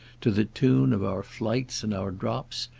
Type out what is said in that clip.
to the tune of our flights and our drops,